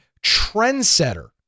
trendsetter